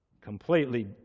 completely